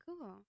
Cool